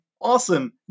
awesome